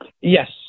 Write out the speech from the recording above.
Yes